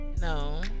No